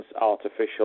artificial